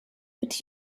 but